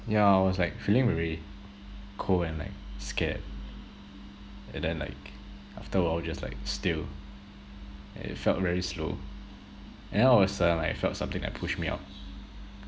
yeah I was like feeling very cold and like scared and then like after a while just like still and it felt very slow and all of a sudden I felt something like push me up